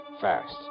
fast